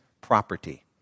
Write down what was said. property